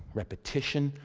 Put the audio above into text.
repetition,